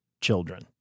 children